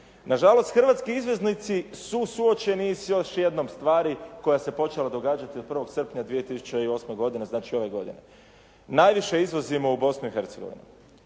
Nažalost, hrvatski izvoznici su suočeni s još jednom stvari koja se počela događati od 1. srpnja 2008. godine znači ove godine. Najviše izvozimo u Bosnu